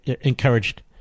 encouraged